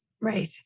right